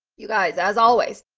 you guys, as always,